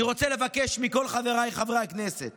אני רוצה לבקש מכל חבריי חברי הכנסת